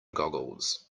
googles